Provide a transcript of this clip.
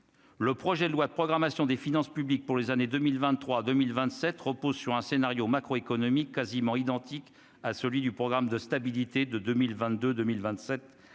le projet de loi de programmation des finances publiques pour les années 2023 2027 repose sur un scénario macroéconomique quasiment identique à celui du programme de stabilité, de 2022 2027